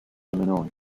illinois